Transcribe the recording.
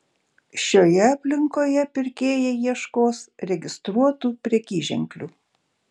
šioje aplinkoje pirkėjai ieškos registruotų prekyženklių